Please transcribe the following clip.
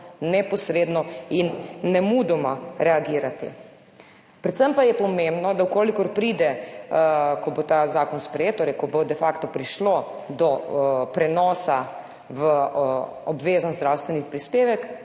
neposredno in nemudoma reagirati. Predvsem pa je pomembno, da če pride, ko bo ta zakon sprejet, torej ko bo de facto prišlo do prenosa v obvezen zdravstveni prispevek,